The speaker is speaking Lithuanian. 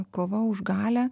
kova už galią